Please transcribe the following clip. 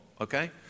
okay